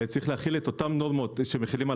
צריך להחיל את אותן נורמות שמחילים על